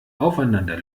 aufeinander